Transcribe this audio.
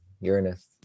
Uranus